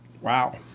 Wow